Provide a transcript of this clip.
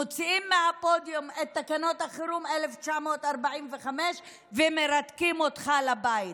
מוציאים מהבוידעם את תקנות החירום 1945 ומרתקים אותך לבית.